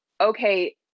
okay